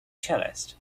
cellist